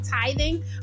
tithing